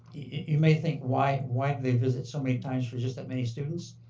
you may think, why why do they visit so many times for just that many students?